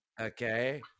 okay